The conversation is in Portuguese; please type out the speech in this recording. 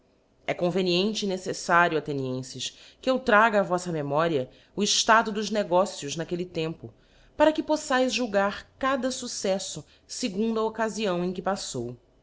é conveniente e neceítario athenienfes que eu traga á voíta memoria o eftado dos negócios naquelle tempo para que poífaes julgar cada fucceflb iegundo a occafião em que paffou